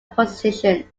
position